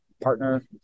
partner